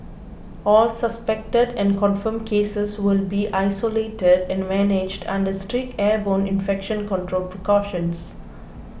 all suspected and confirmed cases will be isolated and managed under strict airborne infection control precautions